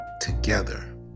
together